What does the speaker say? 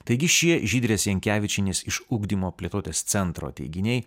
taigi šie žydrės jankevičienės iš ugdymo plėtotės centro teiginiai